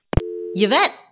Yvette